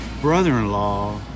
brother-in-law